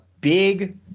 big